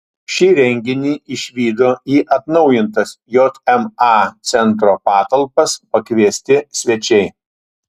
šį reginį išvydo į atnaujintas jma centro patalpas pakviesti svečiai